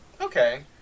Okay